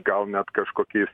gal net kažkokiais